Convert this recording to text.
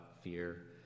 fear